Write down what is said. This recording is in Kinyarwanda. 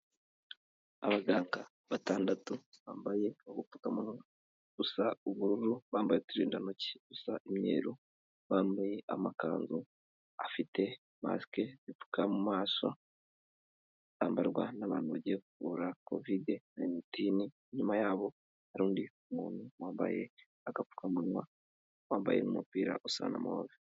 Abaganga batandatu bambaye ubupfukamunwa busa ubururu, bambaye uturindantoki dusa imyeru, bambaye amakanzu afite mask zipfuka mu maso, zambarwa n'abantu bagiye ku kuvura covid nineteen, inyuma yabo hari undi muntu wambaye agapfukamunwa wambaye umupira usa na move.